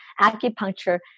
acupuncture